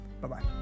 Bye-bye